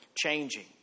changing